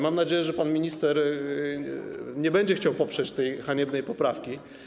Mam nadzieję, że pan minister nie będzie chciał poprzeć tej haniebnej poprawki.